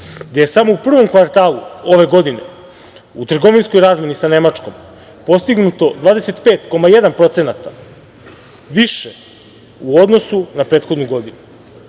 gde je samo u prvom kvartalu ove godine u trgovinskoj razmeni sa Nemačkom postignuto 25,1% više u odnosu na prethodnu godinu.